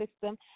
system